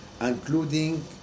including